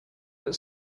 that